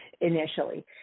initially